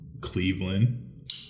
Cleveland